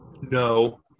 no